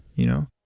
you know?